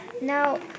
Now